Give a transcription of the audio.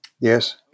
Yes